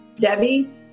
Debbie